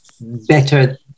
better